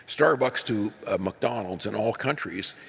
starbucks to mcdonald's in all countries,